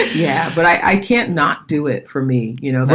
yeah, but i can't not do it for me, you know,